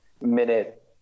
minute